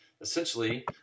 essentially